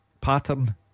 pattern